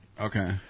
Okay